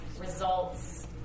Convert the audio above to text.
results